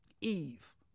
Eve